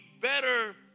better